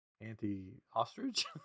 anti-ostrich